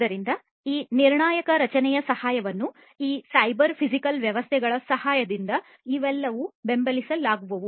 ಆದ್ದರಿಂದ ಈ ನಿರ್ಣಾಯಕ ರಚನೆಯ ಸಹಾಯವನ್ನು ಈ ಸೈಬರ್ ಫಿಸಿಕಲ್ ವ್ಯವಸ್ಥೆಗಳ ಸಹಾಯದಿಂದ ಇವೆಲ್ಲವು ಬೆಂಬಲಿಸಲಾಗುವುವು